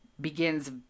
begins